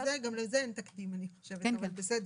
גם לזה אין תקדים, אני חושבת, אבל בסדר.